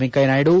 Venkaiah Naidu